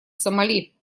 сомали